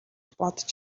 бодож